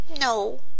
No